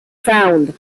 sound